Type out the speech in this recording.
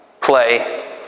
play